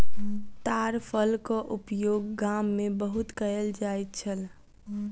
ताड़ फलक उपयोग गाम में बहुत कयल जाइत छल